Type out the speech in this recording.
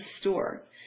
store